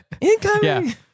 Incoming